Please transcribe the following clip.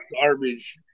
garbage